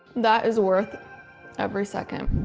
that is worth every second.